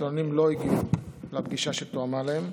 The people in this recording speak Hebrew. המתלוננים לא הגיעו לפגישה שתואמה להם.